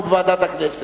בבקשה, ועדת הפנים.